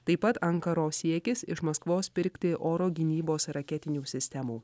taip pat ankaros siekis iš maskvos pirkti oro gynybos raketinių sistemų